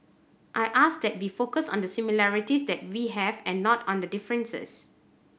I ask that we focus on the similarities that we have and not on the differences